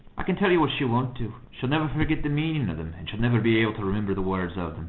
i can tell you what she won't do she'll never forget the meaning of them and she'll never be able to remember the words of them.